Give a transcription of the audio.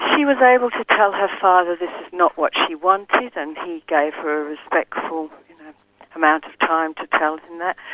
she was able to tell her father this is not what she wanted, and he gave her a respectful amount of time to tell him that,